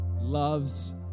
loves